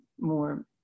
more